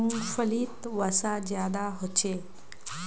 मूंग्फलीत वसा ज्यादा होचे